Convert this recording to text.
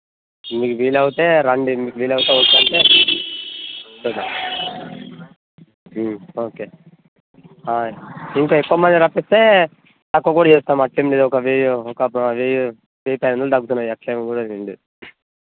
మీకు వీలయితే రండి మీకు వీలయితే వస్తాను అంటే ఓకే ఇంకా ఎక్కువ మంది రప్పిస్తే తక్కువ కూడా చేస్తాం అట్టే మీది ఒక వెయ్యి ఒక పా వెయ్యి వెయ్యికి ఐదు వందలు తగ్గుతున్నాయి అట్లా ఏమి కూడా రెండు